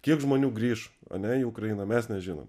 kiek žmonių grįš ane į ukrainą mes nežinom